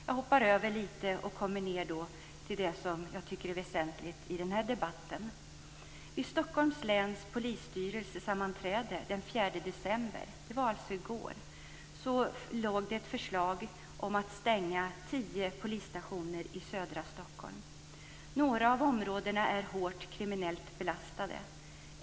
Jag hoppar över lite och kommer ned till det som jag tycker är väsentligt i den här debatten: "Vid Stockholms läns polisstyrelses sammanträde den 4 december i år" - det var alltså i går - "föreligger förslag om att stänga tio polisstationer i södra Stockholm. Några av områdena är hårt kriminellt belastade.